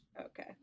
Okay